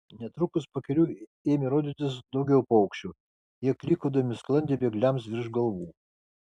netrukus pakeliui ėmė rodytis daugiau paukščių jie klykaudami sklandė bėgliams virš galvų